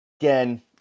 Again